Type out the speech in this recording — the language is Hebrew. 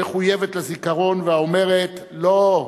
המחויבת לזיכרון ואומרת: לא,